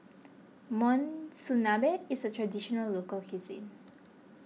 Monsunabe is a Traditional Local Cuisine